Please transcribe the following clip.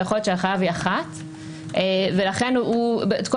היכולת של החייב היא אחת ולכן את כל